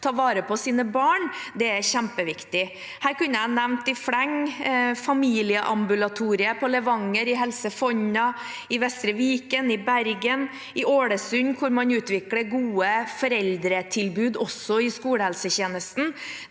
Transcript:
ta vare på sine barn, er kjempeviktig. Her kunne jeg ha nevnt i fleng: familieambulatoriet på Levanger, i Helse Fonna, i Vestre Viken, i Bergen og i Ålesund, hvor man utvikler gode foreldretilbud også i skolehelsetjenesten.